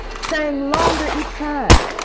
staying longer each time.